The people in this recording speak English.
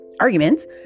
arguments